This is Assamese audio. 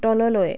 তললৈ